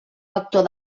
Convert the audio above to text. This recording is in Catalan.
vector